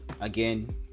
again